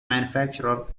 manufacturer